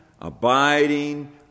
abiding